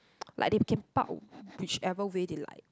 like they can park whichever way they like